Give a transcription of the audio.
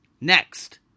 Next